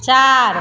चार